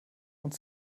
und